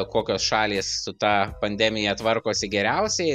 kokios šalys su ta pandemija tvarkosi geriausiai